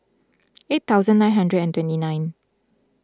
eight thousand nine hundred and twenty nine